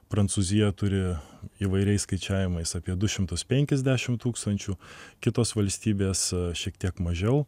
prancūzija turi įvairiais skaičiavimais apie du šimtus penkiasdešimt tūkstančių kitos valstybės šiek tiek mažiau